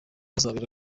azabera